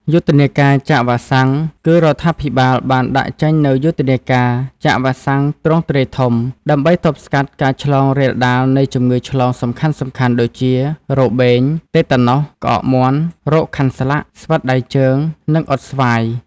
យុទ្ធនាការចាក់វ៉ាក់សាំង គឺរដ្ឋាភិបាលបានដាក់ចេញនូវយុទ្ធនាការចាក់វ៉ាក់សាំងទ្រង់ទ្រាយធំ ដើម្បីទប់ស្កាត់ការឆ្លងរាលដាលនៃជំងឺឆ្លងសំខាន់ៗដូចជា របេង តេតាណុស ក្អកមាន់ រោគខាន់ស្លាក់ ស្វិតដៃជើង និង អ៊ុតស្វាយ។